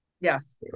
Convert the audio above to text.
yes